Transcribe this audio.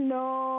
no